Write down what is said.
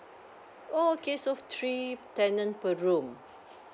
okay so three tenant per room